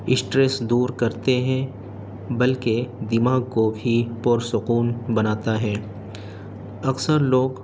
stress دور کرتے ہیں بلکہ دماغ کو بھی پرسکون بناتا ہے اکثر لوگ